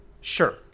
sure